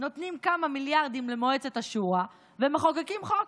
נותנים כמה מיליארדים למועצת השורא ומחוקקים חוק.